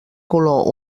color